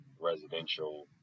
residential